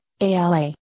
ALA